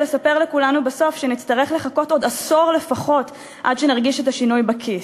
לספר לכולנו בסוף שנצטרך לחכות עוד עשור לפחות עד שנרגיש את השינוי בכיס.